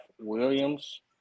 Williams